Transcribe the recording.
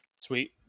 Sweet